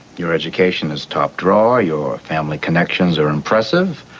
your education is top drawer. your family connections are impressive.